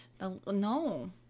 No